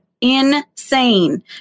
insane